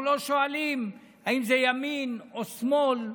אנחנו לא שואלים אם זה ימין או שמאל,